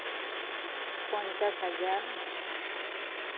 ᱯᱚᱧᱪᱟᱥ ᱦᱟᱡᱟᱨ